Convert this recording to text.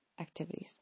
activities